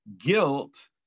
guilt